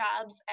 jobs